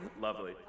Lovely